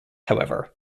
however